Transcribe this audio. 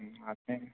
అట్నే